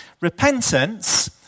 Repentance